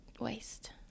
waste